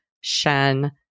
Shen